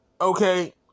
Okay